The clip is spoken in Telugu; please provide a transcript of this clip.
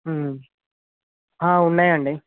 ఉన్నాయండి